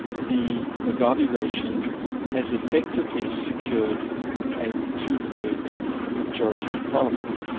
the mugabe regime has effectively secured a two-thirds majority in parliament,